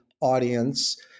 audience